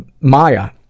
Maya